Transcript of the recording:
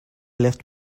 left